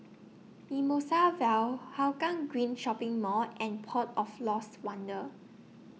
Mimosa Vale Hougang Green Shopping Mall and Port of Lost Wonder